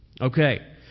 okay